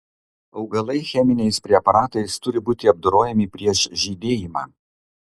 augalai cheminiais preparatais turi būti apdorojami prieš žydėjimą